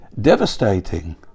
Devastating